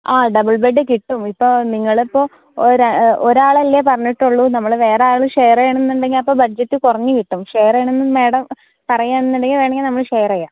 ആ double bed കിട്ടും ഇപ്പോൾ നിങ്ങളിപ്പോൾ ഒരാൾ ഒരാളല്ലേ പറഞ്ഞിട്ടുള്ളൂ നമ്മൾ വേറെ ആൾ ഷെയർ ചെയ്യണം എന്നുണ്ടെങ്കിൽ അപ്പോൾ ബഡ്ജറ്റ് കുറഞ്ഞുകിട്ടും ഷെയർ ചെയ്യണം എന്ന് മാഡം പറയുകയാണെന്നുണ്ടെങ്കിൽ വേണമെങ്കിൽ നമ്മൾ ഷെയർ ചെയ്യാം